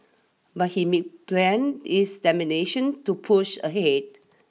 but he made plan his to push ahead